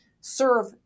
serve